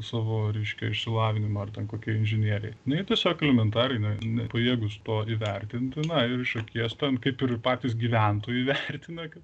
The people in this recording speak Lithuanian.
savo reiškia išsilavinimą ar ten kokie inžinieriai nu jie tiesiog elementariai nepajėgūs to įvertinti na ir iš akies ten kaip ir patys gyventojai vertina kad